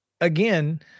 again